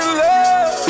love